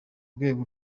rwego